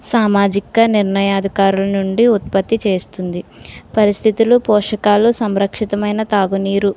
సామాజిక నిర్ణయాధికారుల్నుండి ఉత్పత్తి చేస్తుంది పరిస్థితులు పోషకాలు సంరక్షితమైన తాగునీరు